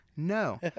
No